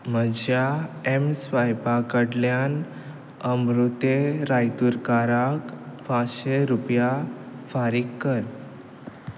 म्हज्या एम स्वायपा कडल्यान अमृते रायतुरकाराक पांचशें रुपया फारीक कर